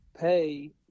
pay